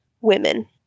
women